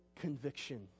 conviction